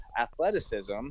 athleticism